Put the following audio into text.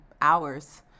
hours